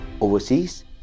overseas